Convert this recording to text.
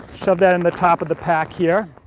shove that in the top of the pack here.